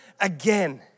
again